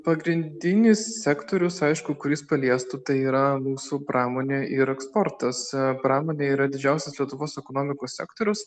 pagrindinis sektorius aišku kuris paliestų tai yra mūsų pramonė ir eksportas pramonė yra didžiausias lietuvos ekonomikos sektorius